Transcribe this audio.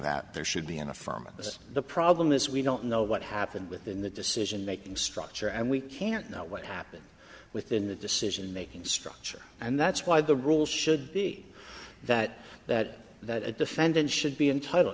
that there should be in affirming this the problem is we don't know what happened within the decision making structure and we can't know what happened within the decision making structure and that's why the rules should be that that that a defendant should be entitled